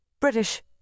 British